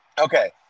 okay